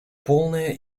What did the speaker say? полное